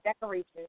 decorations